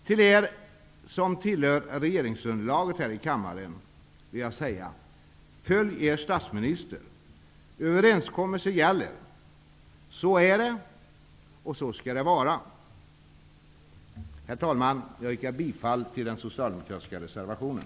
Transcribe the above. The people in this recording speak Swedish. Till er som tillhör regeringsunderlaget här i kammaren vill jag säga: Följ er statsminister! ''Överenskommelser gäller.'' Så är det. Så skall det vara. Herr talman! Jag yrkar bifall till den socialdemokratiska reservationen.